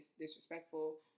disrespectful